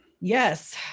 Yes